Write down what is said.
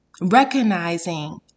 recognizing